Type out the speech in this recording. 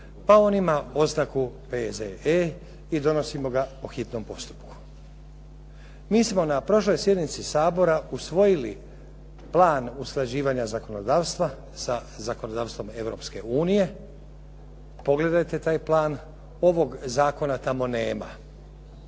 pa on ima oznaku P.Z.E. i donosimo ga po hitnom postupku. Mi smo na prošloj sjednici Sabora usvojili plan usklađivanja zakonodavstva sa zakonodavstvom Europske unije, pogledajte taj plan, ovog zakona tamo nema.